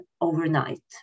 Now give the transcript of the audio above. overnight